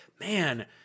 man